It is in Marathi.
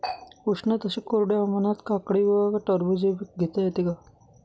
उष्ण तसेच कोरड्या हवामानात काकडी व टरबूज हे पीक घेता येते का?